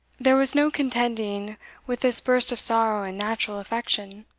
there was no contending with this burst of sorrow and natural affection.